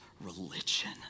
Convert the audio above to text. religion